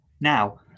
Now